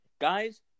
guys